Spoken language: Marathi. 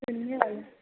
शून्य झालं